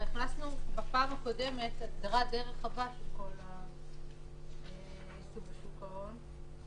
הכנסנו בפעם הקודמת הגדרה די רחבה של כל העיסוק בשוק ההון.